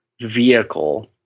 vehicle